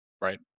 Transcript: right